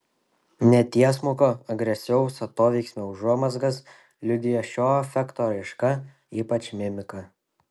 netiesmuko agresyvaus atoveiksmio užuomazgas liudija šio afekto raiška ypač mimika